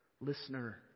listener